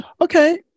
okay